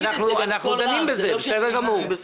אנחנו דנים בזה, בסדר גמור.